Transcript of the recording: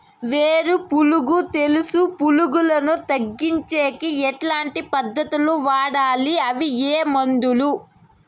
వేరు పులుగు తెలుసు పులుగులను తగ్గించేకి ఎట్లాంటి పద్ధతులు వాడాలి? అవి ఏ మందులు?